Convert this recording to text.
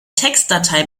textdatei